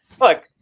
look